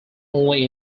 only